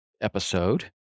episode